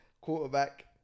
quarterback